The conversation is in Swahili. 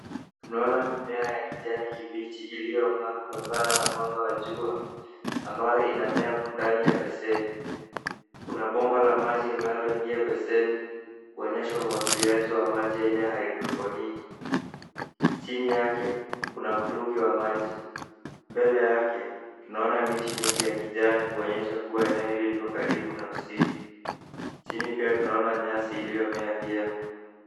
Tunaona mimea ya kijani kibichi iliyong'aa kutokana na mwanga wa jua ambayo inamea ndani ya beseni. Kuna bomba la maji linaloingia beseni kuonyesha umwagiliaji wa maji aina ya hydroponiki. Chini yake kuna mtungi wa maji. Mbele yake tunaona miti mingi ya kijani kuonyesha kuwa eneo hili liko karibu na msitu. Chini pia tunaona nyasi iliyomea vyema.